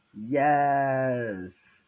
Yes